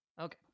Okay